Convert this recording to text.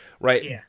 right